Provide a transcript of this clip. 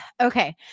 Okay